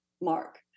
mark